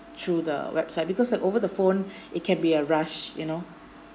through the website because like over the phone it can be a rush you know